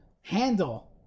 handle